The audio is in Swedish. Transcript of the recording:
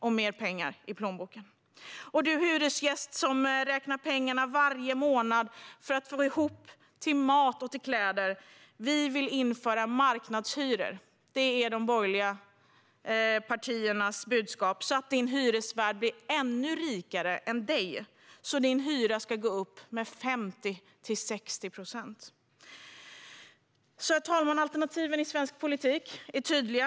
För den hyresgäst som räknar pengarna varje månad för att få ihop till mat och kläder vill de införa marknadshyra så att hyresvärden blir ännu rikare när hyran höjs med 50-60 procent. Herr talman! Alternativen i svensk politik är tydliga.